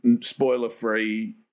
spoiler-free